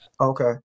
Okay